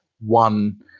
one